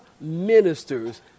ministers